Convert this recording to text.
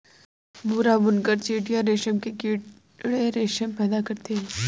भूरा बुनकर चीटियां रेशम के कीड़े रेशम पैदा करते हैं